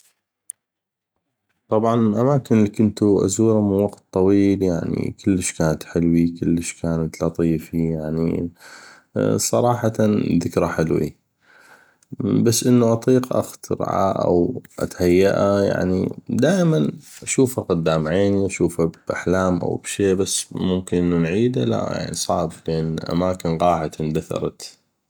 طبعا الاماكن اللي كنتو ازوره من وقت طويل يعني كلش كانت حلوي كلش كانت لطيفي يعني صراحه كلش ذكرى حلوي بس انو اطيق أو اتهيئه يعني دائما اشوفه قدام عيني أو اشوفه باحلام او بشي بس ممكن انو نعيده لا صعب يعني اماكن غاحت واندثرت